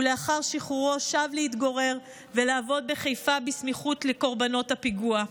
ולאחר שחרורו שב להתגורר ולעבוד בחיפה בסמיכות לקורבנות הפיגוע.